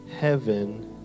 heaven